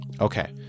Okay